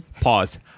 pause